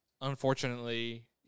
unfortunately